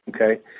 Okay